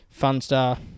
Funstar